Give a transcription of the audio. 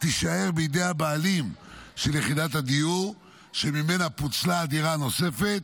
תישאר בידי הבעלים של יחידת הדיור שממנה פוצלה הדירה הנוספת